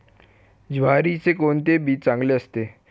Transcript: ज्वारीचे कोणते बी चांगले असते?